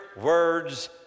words